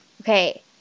Okay